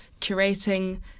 curating